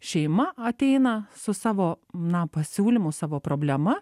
šeima ateina su savo na pasiūlymu savo problema